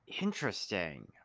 Interesting